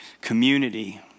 community